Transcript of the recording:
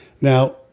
Now